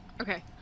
Okay